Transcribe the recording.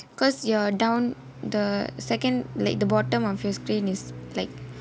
because you're down the second like the bottom of your screen is like